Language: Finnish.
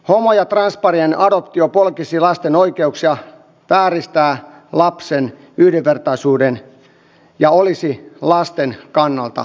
homo ja transparien adoptio polkisi lasten oikeuksia vääristäisi lapsen yhdenvertaisuuden ja olisi lasten kannalta epäreilu